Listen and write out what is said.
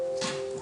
אצלך.